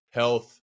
health